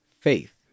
Faith